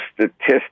statistics